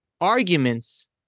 arguments